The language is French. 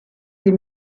des